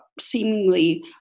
seemingly